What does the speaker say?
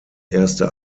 erste